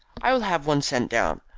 i will have one sent down.